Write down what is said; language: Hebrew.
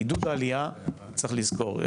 עידוד העלייה צריך לזכור,